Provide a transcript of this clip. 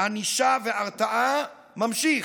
ענישה והרתעה ממשיך.